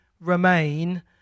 remain